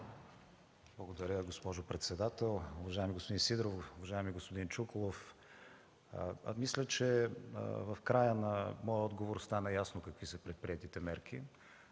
Благодаря, госпожо председател. Уважаеми господин Сидеров, уважаеми господин Чуколов, мисля, че в края на моя отговор стана ясно какви са предприетите мерки.